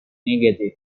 negative